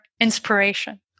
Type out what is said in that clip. inspiration